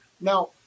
Now